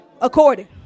according